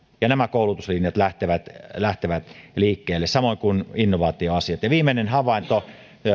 nämä koulutuslinjat lähtevät lähtevät liikkeelle samoin kuin innovaatioasiat viimeinen havainto